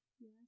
Yes